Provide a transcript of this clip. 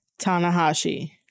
Tanahashi